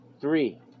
Three